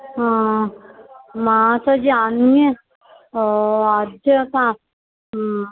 हा माताजि अन्य ओ अद्य ह